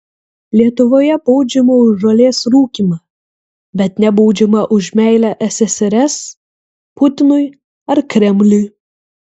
lietuvoje baudžiama už žolės rūkymą bet nebaudžiama už meilę ssrs putinui ar kremliui